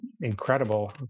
incredible